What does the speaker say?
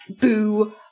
boo